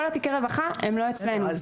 כל תיקי הרווחה לא אצלנו.